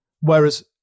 Whereas